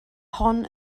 hon